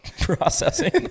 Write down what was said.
processing